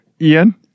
Ian